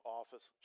office